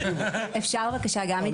אפשר בבקשה גם להתייחס?